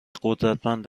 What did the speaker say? قدرتمند